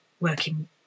working